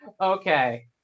Okay